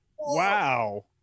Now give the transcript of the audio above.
wow